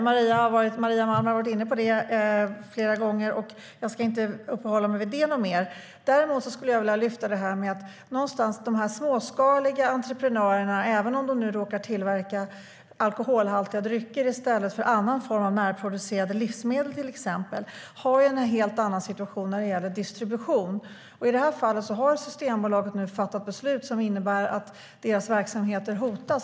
Maria Malmer Stenergard har varit inne på detta flera gånger, och jag ska inte uppehålla mig mer vid det. Däremot skulle jag vilja lyfta fram detta att de småskaliga entreprenörerna - även om de råkar tillverka alkoholhaltiga drycker i stället för annan form av närproducerade livsmedel, till exempel - har en helt annan situation när det gäller distribution. I det här fallet har Systembolaget nu fattat beslut som innebär att entreprenörernas verksamheter hotas.